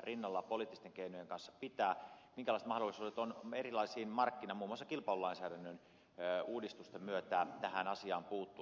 rinnalla poliittisten keinojen kanssa pitää minkälaiset mahdollisuudet on erilaisin markkinakeinoin muun muassa kilpailulainsäädännön uudistusten myötä tähän asiaan puuttua